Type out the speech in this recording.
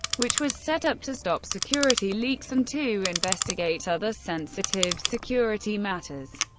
which was set up to stop security leaks and to investigate other sensitive security matters.